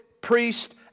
priest